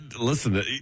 listen